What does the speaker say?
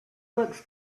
looks